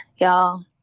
Y'all